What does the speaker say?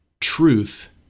truth